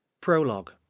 Prologue